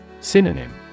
Synonym